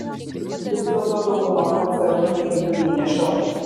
vis dėlto dauguma koncerto dalyvių gynė šou